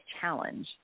challenge